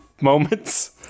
moments